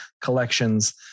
collections